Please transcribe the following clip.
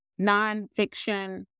nonfiction